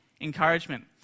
encouragement